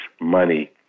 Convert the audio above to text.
money